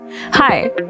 Hi